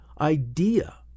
idea